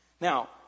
Now